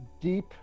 deep